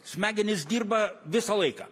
smegenys dirba visą laiką